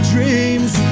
Dreams